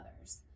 others